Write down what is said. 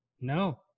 No